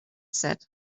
said